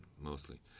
mostly